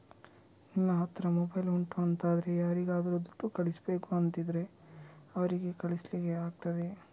ನಿಮ್ಮ ಹತ್ರ ಮೊಬೈಲ್ ಉಂಟು ಅಂತಾದ್ರೆ ಯಾರಿಗಾದ್ರೂ ದುಡ್ಡು ಕಳಿಸ್ಬೇಕು ಅಂತಿದ್ರೆ ಅವರಿಗೆ ಕಳಿಸ್ಲಿಕ್ಕೆ ಆಗ್ತದೆ